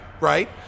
Right